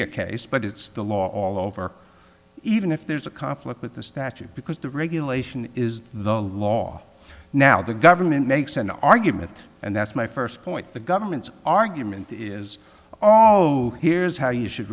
a case but it's the law all over even if there's a conflict with the statute because the regulation is the law now the government makes an argument and that's my first point the government's argument is all oh here's how you should